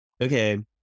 Okay